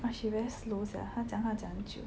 !wah! she very slow sia 她讲话讲很久